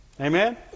Amen